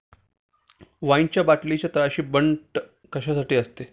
वाईनच्या बाटलीच्या तळाशी बंट कशासाठी असते?